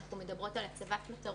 אנחנו מדברות על הצבת מטרות,